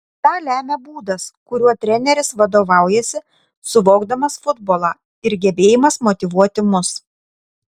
tą lemia būdas kuriuo treneris vadovaujasi suvokdamas futbolą ir gebėjimas motyvuoti mus